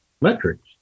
metrics